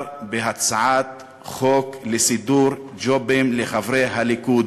בהצעת חוק לסידור ג'ובים לחברי הליכוד.